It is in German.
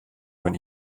von